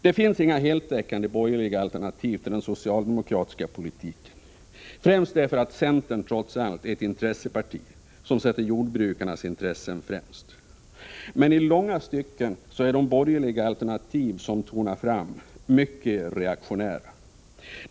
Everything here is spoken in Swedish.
Det finns inga heltäckande borgerliga alternativ till den socialdemokratiska politiker, främst därför att centern trots allt är ett intresseparti som sätter jordbrukarnas intressen främst. Men i långa stycken är de borgerliga alternativ som tonar fram mycket reaktionära.